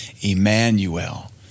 Emmanuel